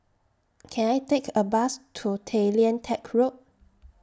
Can I Take A Bus to Tay Lian Teck Road